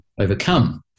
overcome